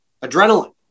Adrenaline